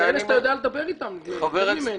אני חושב שאתה יודע לדבר איתם יותר ממני.